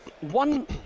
one